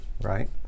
right